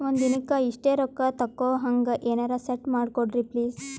ಒಂದಿನಕ್ಕ ಇಷ್ಟೇ ರೊಕ್ಕ ತಕ್ಕೊಹಂಗ ಎನೆರೆ ಸೆಟ್ ಮಾಡಕೋಡ್ರಿ ಪ್ಲೀಜ್?